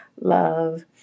love